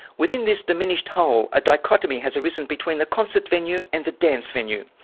within this diminished whole, a dichotomy has arisen between the concert venue and the dance venue.